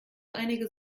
einige